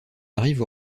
arrive